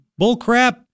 Bullcrap